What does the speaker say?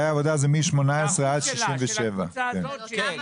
מ-18 עד 67. כלומר